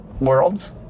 worlds